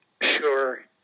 sure